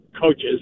coaches